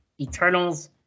Eternals